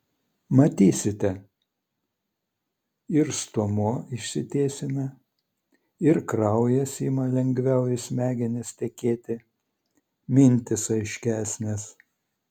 matysite ir stuomuo išsitiesina ir kraujas ima lengviau į smegenis tekėti mintys aiškesnės